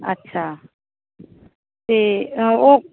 ਅੱਛਾ ਅਤੇ ਓ